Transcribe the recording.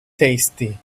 tasty